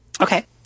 okay